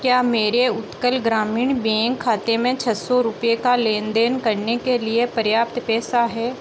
क्या मेरे उत्कल ग्रामीण बेंक खाते में छः सौ रुपय का लेन देन करने के लिए पर्याप्त पैसा है